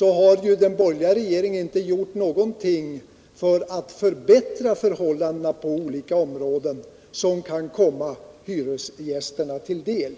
har den borgerliga regeringen inte gjort någonting för att förbättra förhållandena på olika områden som skulle kunna komma hyresgästerna till del.